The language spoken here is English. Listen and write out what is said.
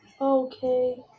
Okay